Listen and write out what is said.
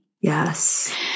Yes